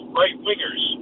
right-wingers